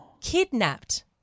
kidnapped